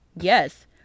yes